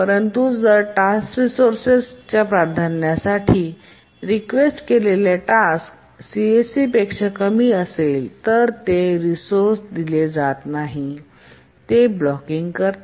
परंतु जर टास्कच्या रिसोर्सेस च्या प्राधान्याससाठी रीक्वेस्ट केलेले टास्क सीएससीपेक्षा कमी असेल तर ते रिसोर्से दिले जात नाही आणि ते ब्लॉकिंग करते